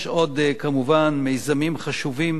יש עוד, כמובן, מיזמים חשובים